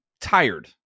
tired